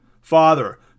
Father